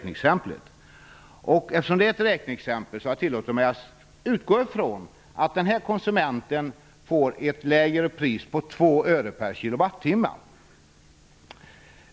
I exemplet utgår jag ifrån att konsumenten får ett lägre pris på 2 öre per kWh.